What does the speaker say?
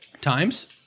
Times